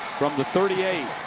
from the thirty eight.